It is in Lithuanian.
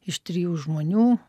iš trijų žmonių